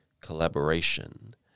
Collaboration